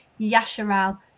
Yasharal